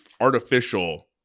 artificial